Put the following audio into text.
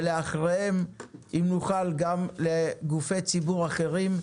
ואחריהן גם גופי ציבור אחרים.